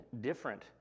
different